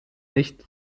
nicht